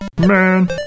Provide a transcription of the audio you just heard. Man